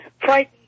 frightened